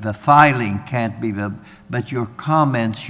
the filing can't be the but your comments